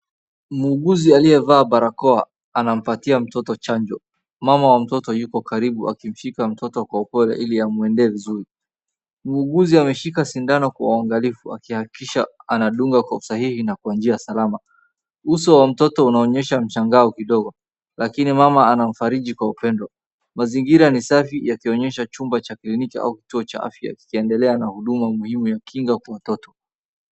Muuguzi aliyevaa barakoa anampatia mtoto chanjo. Mama wa mtoto yuko karibu akimshika mtoto kwa upole ili amwendee vizuri. Muuguzi ameshika sindano kwa uangalifu akihakikisha anadunga kwa usahihi na kwa njia salama. Uso wa mtoto unaonyesha mshangao kidogo, lakini mama anamfariji kwa upendo. Mazingira ni safi yakionyesha chumba cha kliniki au kituo cha afya, kikiendelea na huduma muhimu ya kinga kwa watoto.